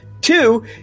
two